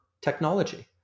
technology